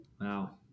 Wow